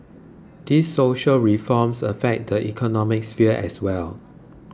these social reforms affect the economic sphere as well